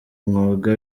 mwuga